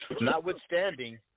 Notwithstanding